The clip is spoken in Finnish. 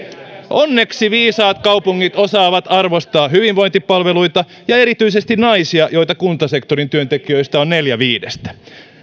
onneksi viisaat kaupungit osaavat arvostaa hyvinvointipalveluita ja erityisesti naisia joita kuntasektorin työntekijöistä on neljä viidestä